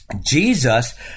Jesus